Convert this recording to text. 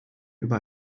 über